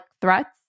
threats